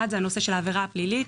אחד, זה הנושא של העבירה הפלילית.